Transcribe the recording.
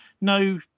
no